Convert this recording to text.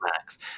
Max